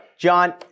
John